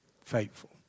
Faithful